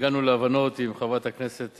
הגענו להבנות עם חברת הכנסת